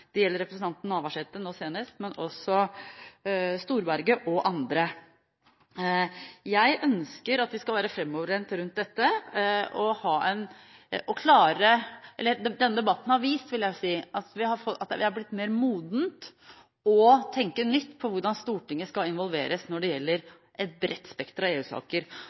Det gjelder representanten Navarsete nå senest, men også Storberget og andre. Jeg ønsker at vi skal være framoverlent her. Denne debatten har vist, vil jeg si, at en er blitt mer moden for å tenke nytt på hvordan Stortinget skal involveres når det gjelder et bredt spekter av